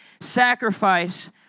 sacrifice